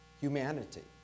humanity